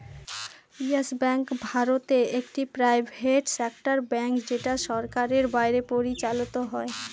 yes Bank ভারতে একটি private sector bank যেটা সরকারের বাইরে পরিচালত হয়